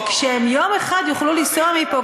שכשיום אחד הם יוכלו לנסוע מפה,